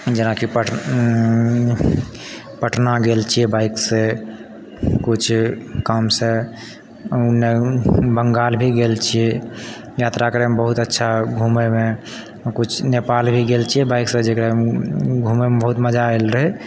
जेना कि पटना गेल छियै बाइकसँ किछु कामसँ बंगाल भी गेल छियै यात्रा करैमे बहुत अच्छा घुमैमे किछु नेपाल भी गेल छियै बाइकसँ जकरा घुमैमे बहुत मजा आयल रहै